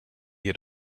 had